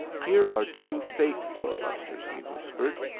here are two fake filibusters, he whispered.